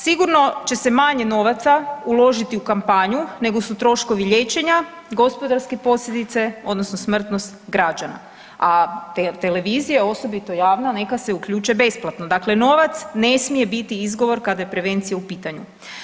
Sigurno će se manje novaca uložiti u kampanju nego su troškovi liječenja, gospodarske posljedice odnosno smrtnost građana, a televizije, osobito javna, neka se uključe besplatno, dakle novac ne smije biti izgovor kada je prevencija u pitanju.